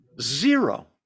Zero